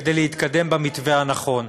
כדי להתקדם במתווה הנכון,